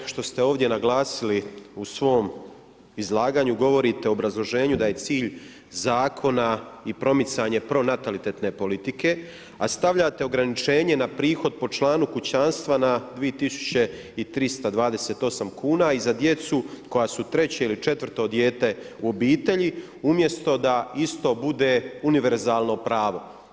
Ono što ste ovdje naglasili u svom izlaganju, govorite o obrazloženju da je cilj zakona i promicanje pronatalitetne politike, a stavljate ograničenje na prihod po članu kućanstva na 2328 kuna i za djecu koja su treće ili četvrto dijete u obitelji, umjesto da isto bude univerzalno pravo.